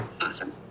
Awesome